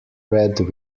read